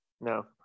No